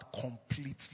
completely